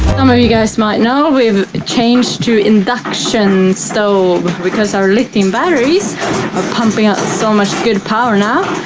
um ah you guys might know we've changed to induction. so because our lithium batteries are pumping out so much good power now,